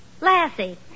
Lassie